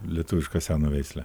lietuvišką seną veislę